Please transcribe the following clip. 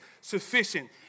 sufficient